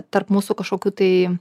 tarp mūsų kažkokių tai